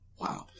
wow